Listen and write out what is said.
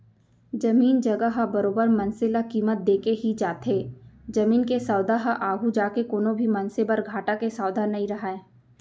जमीन जघा ह बरोबर मनसे ल कीमत देके ही जाथे जमीन के सौदा ह आघू जाके कोनो भी मनसे बर घाटा के सौदा नइ रहय